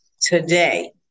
today